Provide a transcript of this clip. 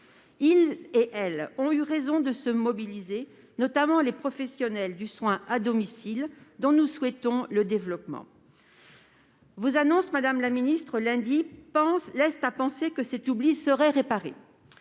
Ils et elles ont eu raison de se mobiliser, notamment les professionnels du soin à domicile, dont nous souhaitons le développement. Vos annonces intervenues lundi dernier, madame la ministre, laissent à penser que cet oubli serait réparé.